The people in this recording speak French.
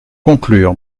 conclure